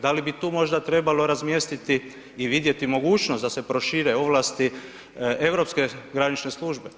Da li bi tu možda trebalo razmjestiti i vidjeti mogućnost da prošire ovlasti europske granične službe?